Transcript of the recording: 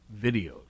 videos